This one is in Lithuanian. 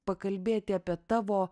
pakalbėti apie tavo